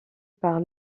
par